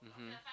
mmhmm